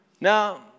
Now